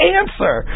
answer